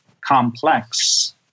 complex